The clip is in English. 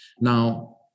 Now